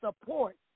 support